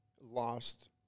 lost